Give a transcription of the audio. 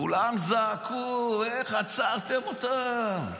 כולם זעקו: איך עצרתם אותם?